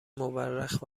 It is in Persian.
مورخ